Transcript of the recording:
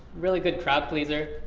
really good crowd pleaser